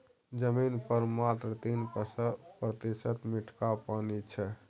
जमीन पर मात्र तीन प्रतिशत मीठका पानि छै